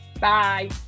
Bye